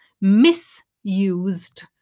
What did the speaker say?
misused